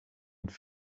het